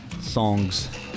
songs